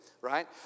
right